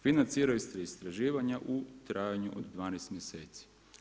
Financiraju se i istraživanja u trajanju od 12 mjeseci.